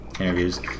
interviews